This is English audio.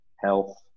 health